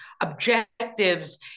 objectives